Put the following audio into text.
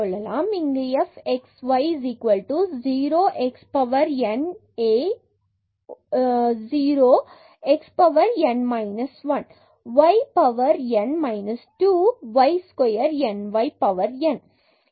இங்கு f x y 0 x power n a 0 x power n minus 1 y x power n minus 2 y square n y power n ஆகும்